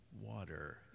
water